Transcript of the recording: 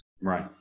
Right